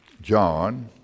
John